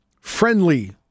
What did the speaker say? Friendly